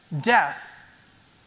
death